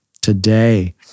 today